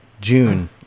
June